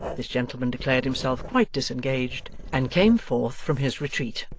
this gentleman declared himself quite disengaged, and came forth from his retreat.